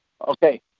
Okay